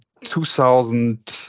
2000